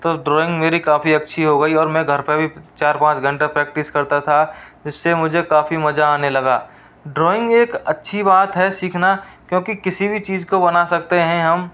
तो ड्राॅइंग मेरी काफ़ी अच्छी हो गई और मैं घर पे भी चार पाँच घंटा प्रैक्टिस करता था इससे मुझे काफ़ी मजा आने लगा ड्राॅइंग एक अच्छी बात है सीखना क्योंकि किसी भी चीज को बना सकते हैं हम